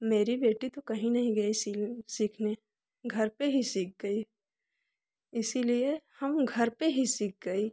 मेरी बेटी तो कहीं नहीं गई सिलने सीखने घर पे ही सीख गई इसीलिए हम घर पे ही सीख गई